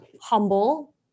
humble